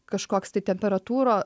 kažkoks tai temperatūro